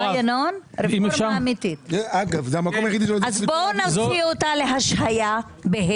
בואו נשים אותה להשהיה.